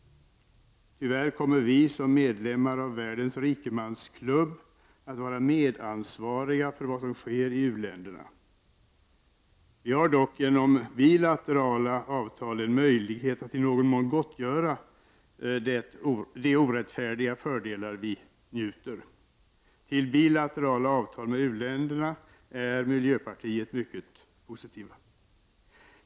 Tyvärr kommer vi som medlemmar av världens rikemansklubb att vara medansvariga för vad som sker i u-länderna. Vi har dock genom bilaterala avtal en möjlighet att i någon mån gottgöra de orättfärdiga fördelar vi njuter. Till bilaterala avtal med u-länderna är miljöpartiet mycket positivt.